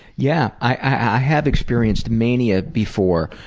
yeah, i have experienced mania before.